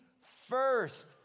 first